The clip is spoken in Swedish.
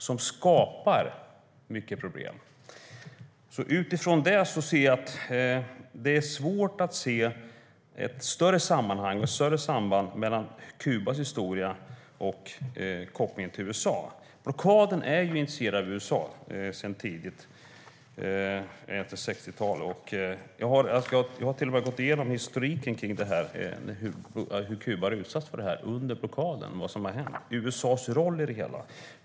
Men i interpellationssvaret är det svårt att se de större sammanhangen och sambanden, svårt att se kopplingen mellan Kubas historia och USA. Blockaden initierades av USA under tidigt 60-tal. Jag har i min interpellation gått igenom historiken: hur Kuba utsatts för blockaden, vad som har hänt och USA:s roll i det hela.